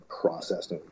processed